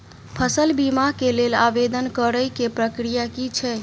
फसल बीमा केँ लेल आवेदन करै केँ प्रक्रिया की छै?